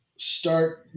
Start